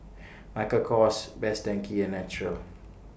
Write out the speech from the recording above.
Michael Kors Best Denki and Naturel